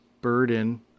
burden